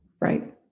Right